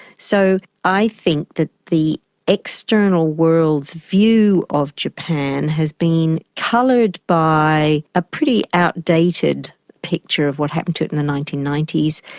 so i think that the external world's view of japan has been coloured by a pretty outdated picture of what happened to it in the nineteen ninety s.